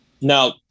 Now